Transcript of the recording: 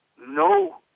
no